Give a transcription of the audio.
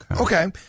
Okay